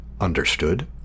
Understood